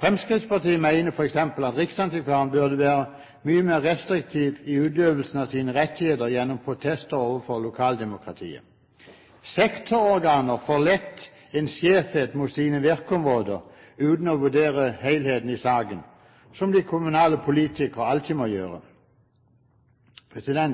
Fremskrittspartiet mener f.eks. at riksantikvaren burde være mye mer restriktiv i utøvelsen av sine rettigheter gjennom protester overfor lokaldemokratiet. Sektororganer får lett en skjevhet mot sine virkeområder uten å vurdere helheten i saken – som de kommunale politikere alltid må gjøre.